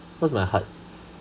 cause my heart